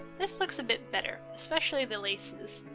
this looks a bit better, especially the laces.